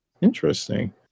Interesting